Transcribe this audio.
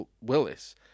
Willis